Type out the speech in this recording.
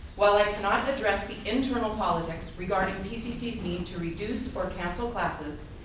while i cannot address the internal politics regarding pcc's need to reduce or cancel classes,